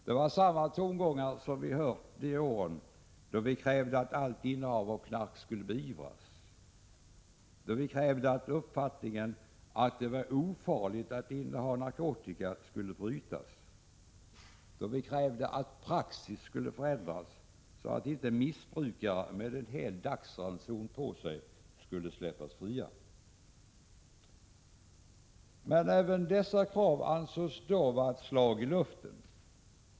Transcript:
Det var samma tongångar som vi hörde de åren vi krävde att allt innehav av knark skulle beivras, då vi krävde att uppfattningen att det var ofarligt att inneha narkotika skulle brytas och då vi krävde att praxis skulle förändras så att missbrukare med en hel dagsranson knark på sig inte skulle släppas fria. Men även dessa krav ansågs vara ett slag i luften.